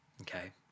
okay